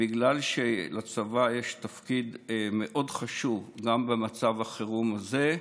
בגלל שלצבא יש תפקיד מאוד חשוב גם במצב החירום הזה,